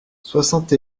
soixante